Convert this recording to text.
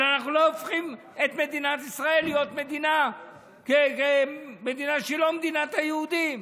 אבל אני לא הופכים את מדינת ישראל להיות מדינה שהיא לא מדינת היהודים.